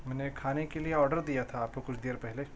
میں نے کھانے کے لیے آڈر دیا تھا آپ کو کچھ دیر پہلے